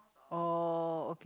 oh